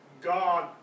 God